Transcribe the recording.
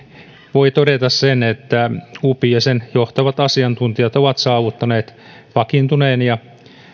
voi todeta sen että upi ja sen johtavat asiantuntijat ovat saavuttaneet vakiintuneen ja